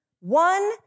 One